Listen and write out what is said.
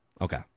Okay